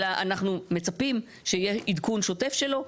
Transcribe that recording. אלא אנחנו מצפים שיהיה עדכון שוטף שלו.